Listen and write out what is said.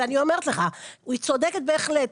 והיא צודקת בהחלט,